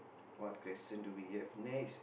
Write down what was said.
what question do we have next